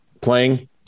playing